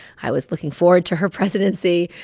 i was looking forward to her presidency.